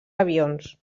avions